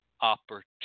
opportunity